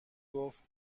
گفت